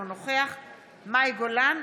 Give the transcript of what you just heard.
אינו נוכח מאי גולן,